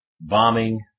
bombing